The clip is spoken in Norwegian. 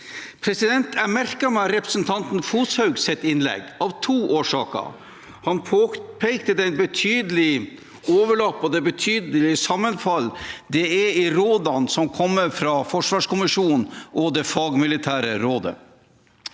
Stortinget. Jeg merket meg representanten Foshaugs innlegg av to årsaker. Han påpekte den betydelige overlappingen og det betydelige sammenfallet det er i rådene som kommer fra forsvarskommisjonen og det fagmilitære rådet.